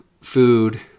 food